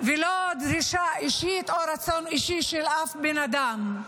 לא דרישה אישית או רצון אישי של אף בן אדם.